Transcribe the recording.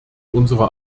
unsere